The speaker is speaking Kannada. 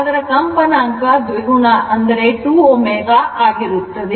ಅದರ ಕಂಪನಾಂಕ ದ್ವಿಗುಣ ಅಂದರೆ 2 ω ಆಗಿರುತ್ತದೆ